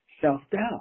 self-doubt